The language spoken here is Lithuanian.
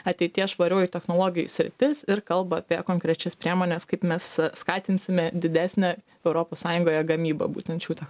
ateities švariųjų technologijų sritis ir kalba apie konkrečias priemones kaip mes skatinsime didesnę europos sąjungoje gamybą būtent šių tech